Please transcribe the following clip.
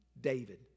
David